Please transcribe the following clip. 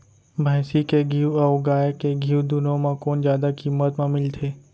भैंसी के घीव अऊ गाय के घीव दूनो म कोन जादा किम्मत म मिलथे?